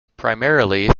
primarily